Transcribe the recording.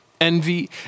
Envy